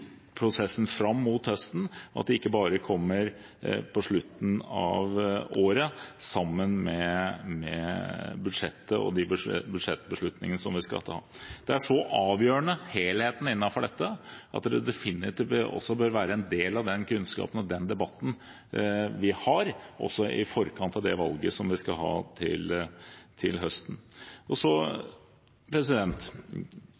prosessen fram mot høsten – at det ikke bare kommer på slutten av året sammen med budsjettet og budsjettbeslutningene vi skal ta. Helheten innenfor dette er så avgjørende at det definitivt bør være en del av den kunnskapen og den debatten vi har, også i forkant av valget til høsten.